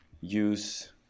use